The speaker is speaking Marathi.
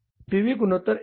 पी व्ही गुणोत्तर 49